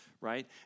right